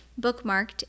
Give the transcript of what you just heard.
Bookmarked